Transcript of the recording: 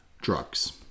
drugs